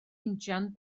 injan